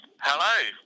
Hello